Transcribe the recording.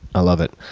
i love it.